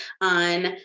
on